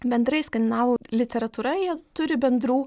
bendrai skandinavų literatūra jie turi bendrų